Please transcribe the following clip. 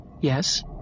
Yes